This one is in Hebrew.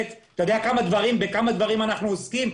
בכמה דברים אנחנו עוסקים?